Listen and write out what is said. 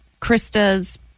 Krista's